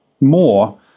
more